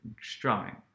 strumming